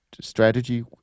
strategy